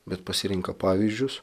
bet pasirenka pavyzdžius